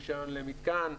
רישיון למיתקן.